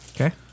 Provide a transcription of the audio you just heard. Okay